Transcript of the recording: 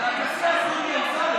אני קובע שהצעת חוק הקמת ועדת